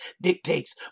dictates